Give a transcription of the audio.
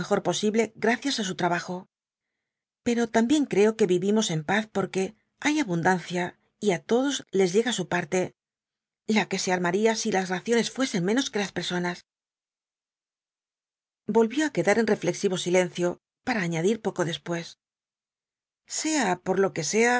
posible gracias á su trabajo pero también creo que vivimos en paz porque hay abundancia y á todos les llega su parte la que se armaría si las raciones fuesen menos que las personas volvió á quedar en reflexivo silencio para añadir poco después sea por lo que sea